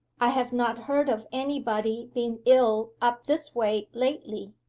i have not heard of any body being ill up this way lately?